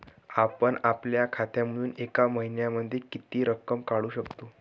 आपण आपल्या खात्यामधून एका महिन्यामधे किती रक्कम काढू शकतो?